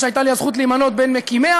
שהייתה לי הזכות להימנות עם מקימיה,